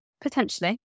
potentially